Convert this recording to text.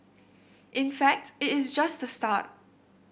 in fact it is just the start